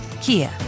Kia